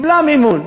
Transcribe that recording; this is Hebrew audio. וקיבלה מימון